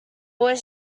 was